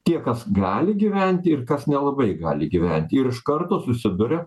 tie kas gali gyventi ir kas nelabai gali gyventi iš karto susiduria